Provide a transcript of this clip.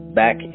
back